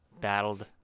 battled